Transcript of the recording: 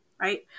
Right